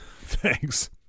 Thanks